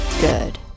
good